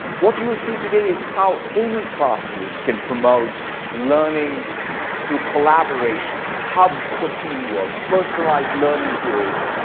what you will see today is how any classroom can promote learning through collaboration, hubs for teamwork, personalized learning tools,